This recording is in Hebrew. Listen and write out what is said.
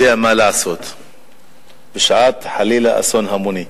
יודע מה לעשות בשעת אסון המוני,